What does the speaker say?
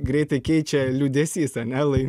greitai keičia liūdesys ane lai